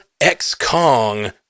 X-Kong